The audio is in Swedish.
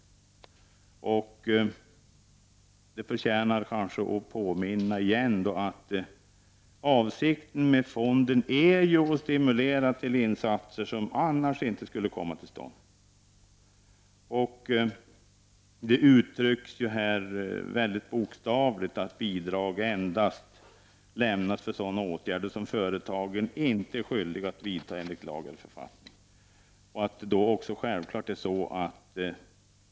Det bör kanske återigen påminnas om att avsikten med fonden är att stimulera till insatser som annars inte skulle komma till stånd. Det uttrycks bokstavligt att bidrag endast lämnas för sådana åtgärder som företagen inte är skyldiga att vidta enligt lag eller författning.